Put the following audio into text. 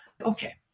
okay